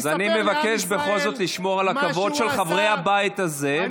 אז אני מבקש בכל זאת לשמור על הכבוד של חברי הבית הזה,